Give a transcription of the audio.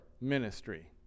ministry